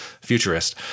futurist